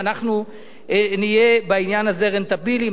ואנחנו נהיה בעניין הזה רנטביליים.